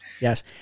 Yes